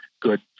good